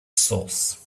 sauce